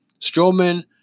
Strowman